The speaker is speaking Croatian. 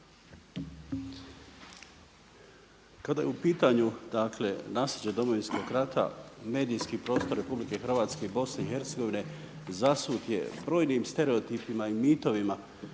Kada je u pitanju dakle nasljeđe Domovinskog rata, medijski prostor RH, Bosne i Hercegovine zasut je brojnim stereotipima i mitovima